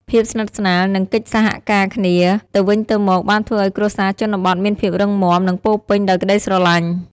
ភាពស្និទ្ធស្នាល និងកិច្ចសហការគ្នាទៅវិញទៅមក បានធ្វើឲ្យគ្រួសារជនបទមានភាពរឹងមាំ និងពោរពេញដោយក្តីស្រឡាញ់។